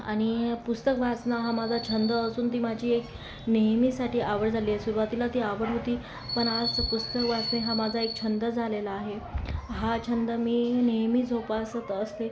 आणि पुस्तक वाचणं हा माझा छंद असून ती माझी एक नेहमीसाठी आवड झाली आहे सुरुवातीला ती आवड होती पण आज तर पुस्तक वाचणे हा माझा एक छंद झालेला आहे हा छंद मी नेहमी जोपासत असते